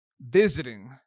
visiting